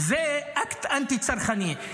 זה אקט אנטי-צרכני.